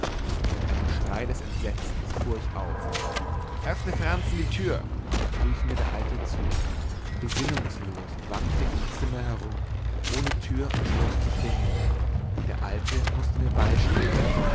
mit einem schrei des entsetzens fuhr ich auf öffne franzen die tür rief mir der alte zu besinnungslos wankte ich im zimmer herum ohne tür und schloß zu finden der alte mußte mir beistehen